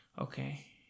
Okay